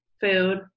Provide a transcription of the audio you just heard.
food